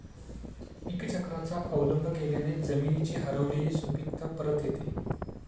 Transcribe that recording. पीकचक्राचा अवलंब केल्याने जमिनीची हरवलेली सुपीकता परत येते